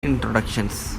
introductions